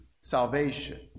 salvation